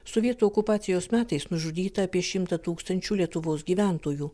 sovietų okupacijos metais nužudyta apie šimtą tūkstančių lietuvos gyventojų